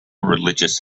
religious